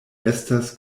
estas